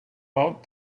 out